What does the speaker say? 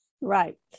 Right